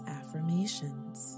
affirmations